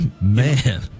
Man